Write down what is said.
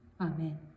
Amen